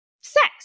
sex